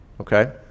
okay